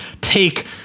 take